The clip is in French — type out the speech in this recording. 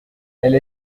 elle